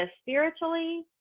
spiritually